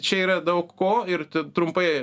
čia yra daug ko ir tu trumpai